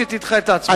שתדחה את ההצבעה.